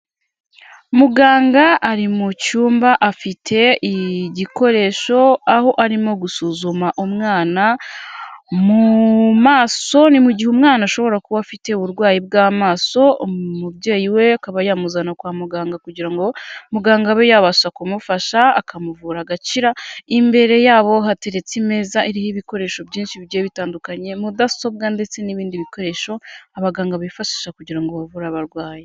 Muganga ari mu cyumba afite igikoresho aho arimo gusuzuma umwana mu maso ni mu gihe umwana ashobora kuba afite uburwayi bw'amaso umubyeyi we akaba yamuzana kwa muganga kugira ngo muganga abe yabasha kumufasha akamuvura agakira. Imbere yabo hateretse imeza iriho ibikoresho byinshi bigiye bitandukanye mudasobwa, ndetse n'ibindi bikoresho abaganga bifashisha kugira ngo bavure abarwayi.